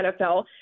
NFL